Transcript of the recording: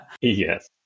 Yes